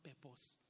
purpose